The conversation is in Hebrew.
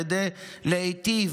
כדי להיטיב.